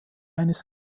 eines